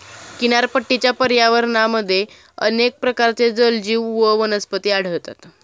किनारपट्टीच्या पर्यावरणामध्ये अनेक प्रकारचे जलजीव व वनस्पती आढळतात